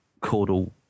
caudal